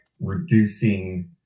reducing